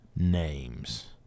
Names